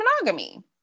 monogamy